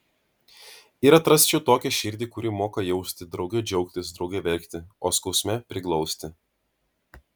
ir atrasčiau tokią širdį kuri moka jausti drauge džiaugtis drauge verkti o skausme priglausti